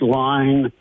line